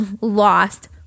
lost